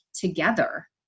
together